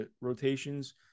rotations